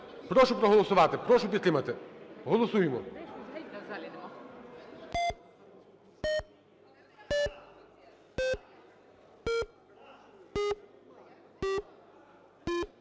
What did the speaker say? Прошу проголосувати. Прошу підтримати. Голосуємо.